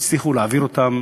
שיצליחו להעביר אותם